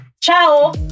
Ciao